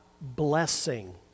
blessing